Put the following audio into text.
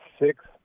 six